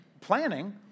planning